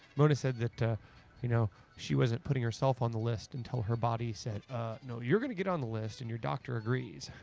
mona said that you know she wasn't putting herself on the list until her body said ah no you're going to get on the list and your doctor agrees.